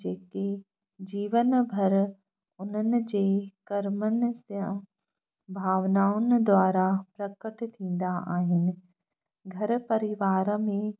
जेके जीवन भर उन्हनि जे कर्मनि सां भावनाउनि द्वारा प्रकट थींदा आहिनि घर परिवार में